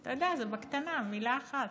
אתה יודע, זה בקטנה, מילה אחת.